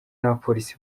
n’abapolisi